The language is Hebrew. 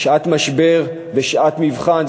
שעת משבר ושעת מבחן,